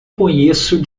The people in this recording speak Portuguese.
conheço